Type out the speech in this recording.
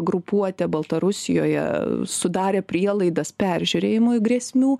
grupuotė baltarusijoje sudarė prielaidas peržiūrėjimui grėsmių